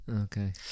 Okay